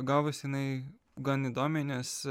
gavosi jinai gan įdomiai nes